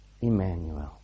Emmanuel